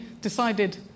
decided